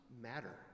matter